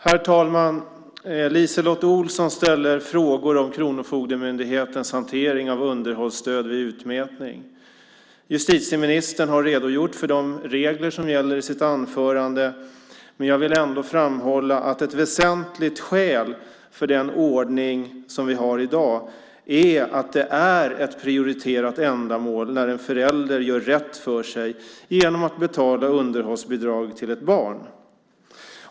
Herr talman! LiseLotte Olsson ställer frågor om Kronofogdemyndighetens hantering av underhållsstöd vid utmätning. Justitieministern har redogjort för de regler som gäller i sitt anförande, men jag vill ändå framhålla att ett väsentligt skäl för den ordning vi har i dag är att det är ett prioriterat ändamål när en förälder gör rätt för sig genom att betala underhållsbidrag till ett barn.